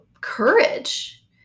courage